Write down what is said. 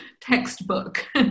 textbook